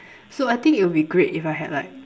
so I think it will be great if I had like